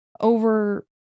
over